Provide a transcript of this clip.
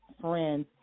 friends